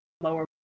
lower